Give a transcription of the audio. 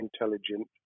intelligent